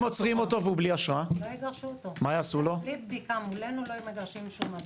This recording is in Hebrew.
בלי בדיקה מולנו לא יגרשו שום אדם.